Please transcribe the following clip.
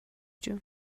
جون